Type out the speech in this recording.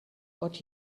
what